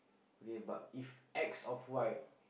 okay but if X off white